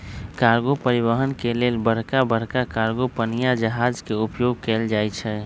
cargo परिवहन के लेल बड़का बड़का कार्गो पनिया जहाज के उपयोग कएल जाइ छइ